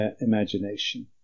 imagination